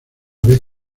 vez